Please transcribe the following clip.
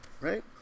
right